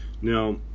Now